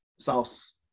Sauce